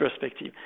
perspective